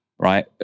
right